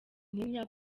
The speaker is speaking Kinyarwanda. ntinya